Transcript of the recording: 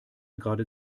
gerade